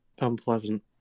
Unpleasant